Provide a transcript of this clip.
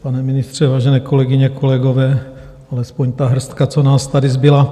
Pane ministře, vážené kolegyně, kolegové, alespoň ta hrstka, co nás tady zbyla.